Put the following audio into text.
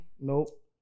Nope